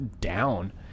down